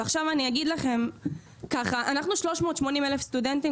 ועכשיו אני אגיד לכם ככה: אנחנו 380,000 סטודנטים,